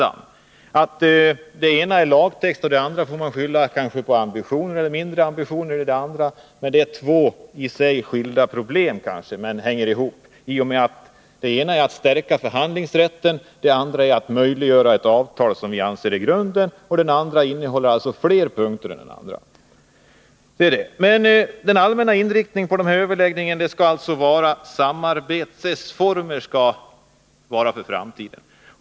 Att det i det ena fallet är lagtext får man kanske skylla på ambition, medan det i det andra fallet kanske fanns mindre ambition. Det är kanske skilda problem som emellertid hänger ihop. Det ena gäller en förstärkning av förhandlingsrätten, det andra gäller möjligheten att teckna avtal, vilket vi anser vara själva grunden. Den ena motionen innehåller alltså fler punkter än den andra. Den allmänna inriktningen av överläggningarna skall alltså gälla samarbetsformerna i framtiden.